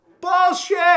Bullshit